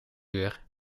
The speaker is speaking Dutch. uur